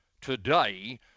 Today